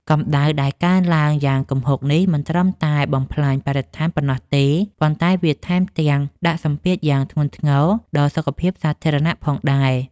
កម្ដៅដែលកើនឡើងយ៉ាងគំហុកនេះមិនត្រឹមតែបំផ្លាញបរិស្ថានប៉ុណ្ណោះទេ ប៉ុន្តែវាថែមទាំងដាក់សម្ពាធយ៉ាងធ្ងន់ធ្ងរដល់សុខភាពសាធារណៈផងដែរ។